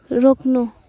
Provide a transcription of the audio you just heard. रोक्नु